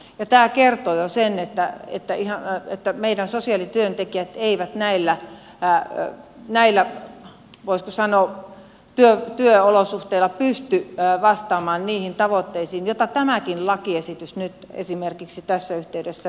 tämä kertoo jo sen että sosiaalityöntekijät eivät näillä voisiko sanoa työolosuhteilla pysty vastaamaan niihin tavoitteisiin joita tämäkin lakiesitys nyt esimerkiksi tässä yhteydessä velvoittaa